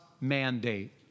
mandate